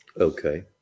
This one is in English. Okay